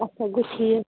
اچھا گوٚو ٹھیٖک